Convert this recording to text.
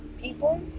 people